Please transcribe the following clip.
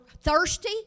thirsty